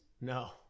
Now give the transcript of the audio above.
No